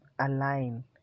align